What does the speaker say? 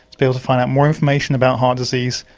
be able to find out more information about heart disease,